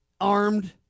armed